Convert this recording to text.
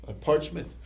parchment